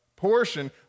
portion